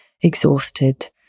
exhausted